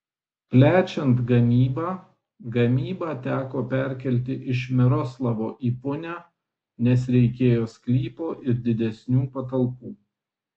plečiant gamybą gamybą teko perkelti iš miroslavo į punią nes reikėjo sklypo ir didesnių patalpų